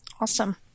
Awesome